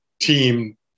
team